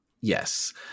yes